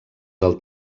del